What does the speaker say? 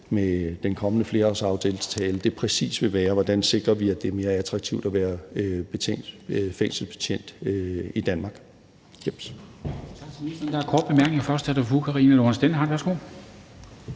med den kommende flerårsaftale, præcis vil være, hvordan vi sikrer os, at det er mere attraktivt at være fængselsbetjent i Danmark.